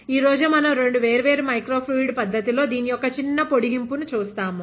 ఈరోజు మనం రెండు వేర్వేరు మైక్రో ఫ్లూయిడ్ పద్ధతులలో దీని యొక్క చిన్న పొడిగింపును చూస్తాము